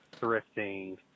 thrifting